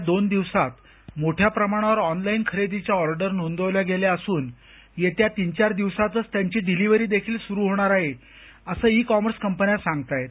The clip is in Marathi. गेल्या दोन दिवसांत मोठ्या प्रमाणावर ऑनलाईन खरेदीच्या ऑर्डर नोंदवल्या गेल्या असून येत्या तीन चार दिवसांतच त्यांची डिलिव्हरी देखील सुरु होणार आहे असं ई कॉमर्स कंपन्या सांगताहेत